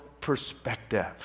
perspective